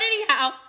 anyhow